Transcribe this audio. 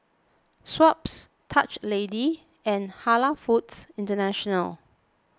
Schweppes Dutch Lady and Halal Foods International